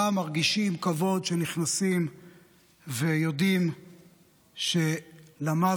מרגישים כבוד כשנכנסים ויודעים שלמוות